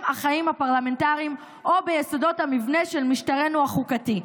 החיים הפרלמנטריים' או 'ביסודות המבנה של משטרנו החוקתי'".